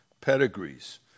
pedigrees